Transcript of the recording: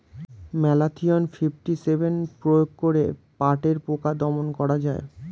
Malathion fifty seven প্রয়োগ করে পাটের পোকা দমন করা যায়?